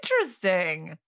interesting